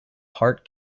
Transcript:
heart